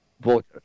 voter